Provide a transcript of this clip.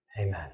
amen